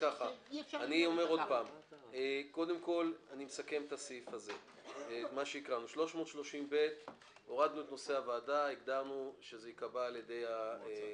יש פרקטיקה שאי אפשר --- אני מסכם את הסעיף 330ב'. הורדנו את נושא הוועדה וקבענו שזה ייקבע על ידי המועצה.